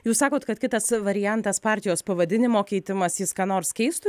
jūs sakot kad kitas variantas partijos pavadinimo keitimas jis ką nors keistų